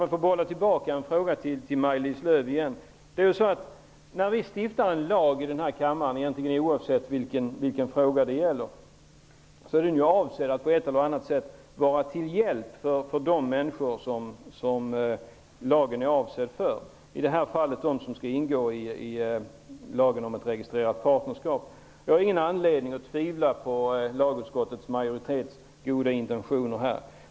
När vi i denna kammaren stiftar en lag, oavsett vilken fråga det gäller, är den avsedd att på ett eller annat sätt vara till hjälp för de människor som lagen är avsedd för -- i det här fallet de som omfattas av lagen om ett registrerat partnerskap. Jag har ingen anledning att tvivla på lagutskottets majoritets goda intentioner i frågan.